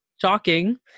Shocking